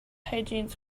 hygiene